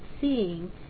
seeing